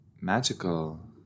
magical